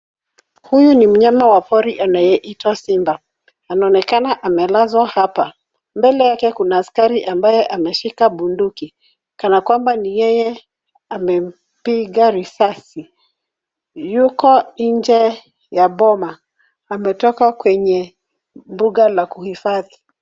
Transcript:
Huyu ni mnyama wa pori anayeitwa simba. Anaonekana amelazwa hapa. Mbele yake kuna askari amabaye ameshika bunduki kana kwamba ni yeye amempiga risasi. Yuko nje ya boma. Ametoka kwenye mbuga la kuhifadhi.